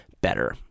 better